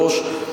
3,